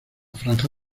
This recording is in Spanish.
franja